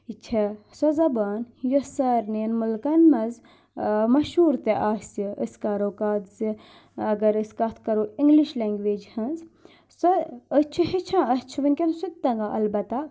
یہِ چھَ سۄ زَبان یۄس سارنِؠن مُلکَن منٛز مشہوٗر تہِ آسہِ أسۍ کَرو کَتھ زِ اگر أسۍ کَتھ کَرو اِنگلِش لینٛگویٚج ہٕنٛز سۄ أسۍ چھِ ہیٚچھان اَسہِ چھِ وٕنکؠن سُتہِ تَگان اَلبتہ